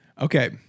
Okay